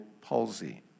palsy